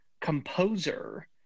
composer